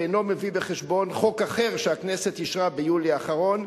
ואינו מביא בחשבון חוק אחר שהכנסת אישרה ביולי האחרון,